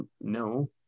No